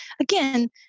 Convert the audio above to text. again